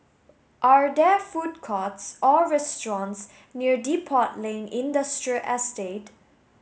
are there food courts or restaurants near Depot Lane Industrial Estate